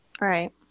Right